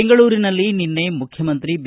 ಬೆಂಗಳೂರಿನಲ್ಲಿ ನಿನ್ನೆ ಮುಖ್ಯಮಂತ್ರಿ ಬಿ